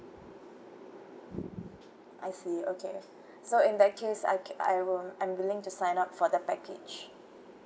I see okay so in that case I can I will I'm willing to sign up for the package